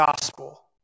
gospel